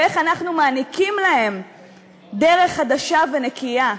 ואיך אנחנו מעניקים להם דרך חדשה ונקייה,